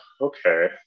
okay